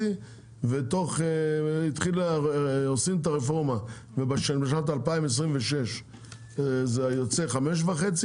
6.5 ועושים את הרפורמה ובשנת 2026 זה יוצא 5.5,